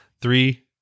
Three